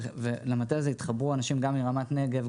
למטה הזה התחברו אנשים גם מרמת נגב,